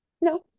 No